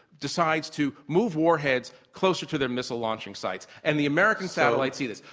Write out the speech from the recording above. decides to move war heads closer to their missile launching sights. and the american satellites see this.